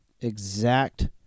exact